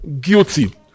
guilty